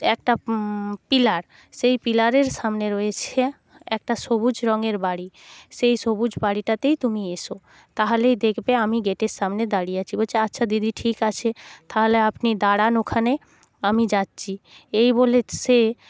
একটা পিলার সেই পিলারের সামনে রয়েছে একটা সবুজ রঙয়ের বাড়ি সেই সবুজ বাড়িটাতেই তুমি এসো তাহলেই দেখবে আমি গেটের সামনে দাঁড়িয়ে আছি বলছে আচ্ছা দিদি ঠিক আছে তাহলে আপনি দাঁড়ান ওখানে আমি যাচ্ছি এই বলে সে